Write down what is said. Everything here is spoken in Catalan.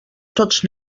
tots